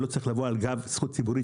והוא לא צריך לבוא על גב זכות ציבורית,